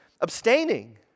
abstaining